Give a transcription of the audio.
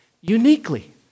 uniquely